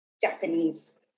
Japanese